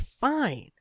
fine